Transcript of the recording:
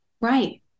Right